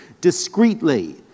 discreetly